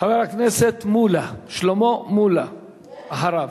חבר הכנסת שלמה מולה, אחריו.